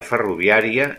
ferroviària